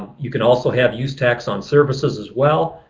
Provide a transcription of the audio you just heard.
you can also have use tax on services as well.